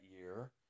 year